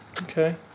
Okay